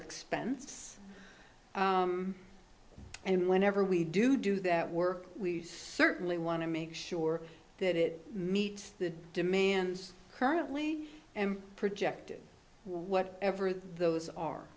expense and whenever we do do that work we certainly want to make sure that it meets the demands currently and projected what ever the those are